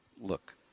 look